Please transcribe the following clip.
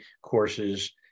courses